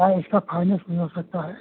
क्या इसका फाइनेंस भी हो सकता है